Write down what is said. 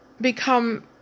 become